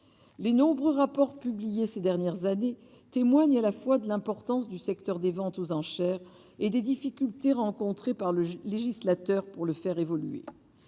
les nombreux rapports publiés ces dernières années, témoigne à la fois de l'importance du secteur des ventes aux enchères et des difficultés rencontrées par le législateur pour le faire évoluer